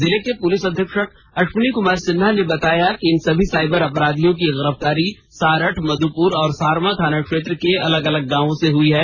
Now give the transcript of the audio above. जिले के पुलिस अधीक्षक अश्विनी कुमार सिन्हा ने बताया कि इन सभी साइबर अपराधियों की गिरफ्तारी सारठ मध्यपुर और सारवां थाना क्षेत्र के अलग अलग गांवों से हुई है